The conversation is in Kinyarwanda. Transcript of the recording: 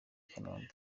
kanombe